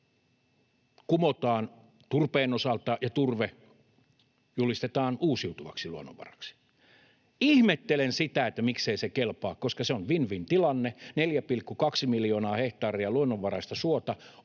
kumotaan turpeen osalta ja turve julistetaan uusiutuvaksi luonnonvaraksi. Ihmettelen sitä, miksei se kelpaa, koska se on win-win-tilanne: 4,2 miljoonaa hehtaaria luonnonvaraista suota